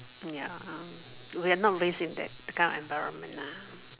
ya we are not raise in that kind of environment lah